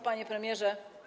Panie Premierze!